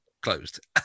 closed